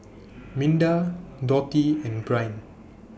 Minda Dotty and Bryn